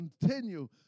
continue